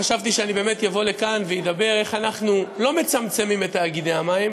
חשבתי שאני באמת אבוא לכאן ואדבר איך אנחנו לא מצמצמים את תאגידי המים